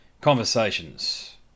conversations